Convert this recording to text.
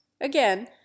again